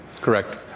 Correct